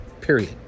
Period